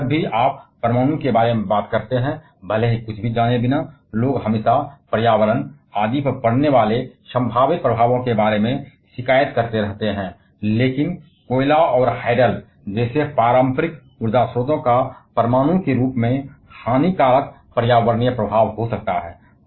जैसे कि जब भी आप परमाणु के बारे में बात करते हैं तो बिना कुछ जाने भी लोग हमेशा पर्यावरण आदि पर पड़ने वाले संभावित प्रभावों के बारे में शिकायत करते रहते हैं लेकिन कोयले और हाइडल जैसे पारंपरिक ऊर्जा स्रोतों का परमाणु के रूप में हानिकारक पर्यावरणीय प्रभाव हो सकता है